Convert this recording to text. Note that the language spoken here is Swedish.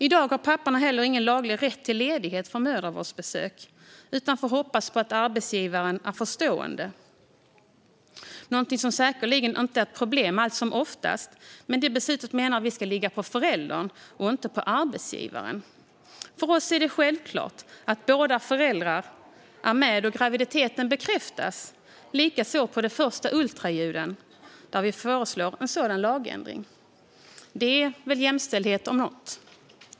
I dag har papporna ingen laglig rätt till ledighet för mödravårdsbesök utan får hoppas på att arbetsgivaren är förstående. Det är säkerligen inte ett problem allt som oftast, men det beslutet menar vi ska ligga på föräldern och inte på arbetsgivaren. För oss är det självklart att båda föräldrarna är med då graviditeten bekräftas och likaså på de första ultraljuden. Därför föreslår vi en sådan lagändring. Det är väl jämställdhet om något.